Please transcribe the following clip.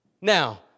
Now